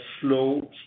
slow